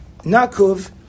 nakuv